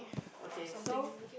okay so